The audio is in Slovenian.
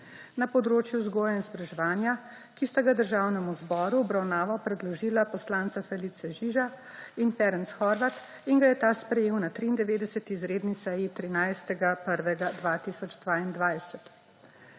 na področju vzgoje in izobraževanja, ki sta ga Državnemu zboru v obravnavo predložila poslanca Felice Žiža in Ferenc Horváth in ga je ta sprejel na 93. izredni seji 13. 1. 2022.